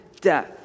death